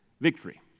Victory